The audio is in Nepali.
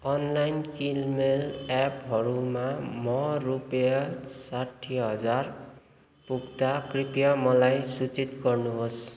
अनलाइन किनमेल एपहरूमा म रुपियाँ साठी हजार पुग्दा कृपया मलाई सूचित गर्नुहोस्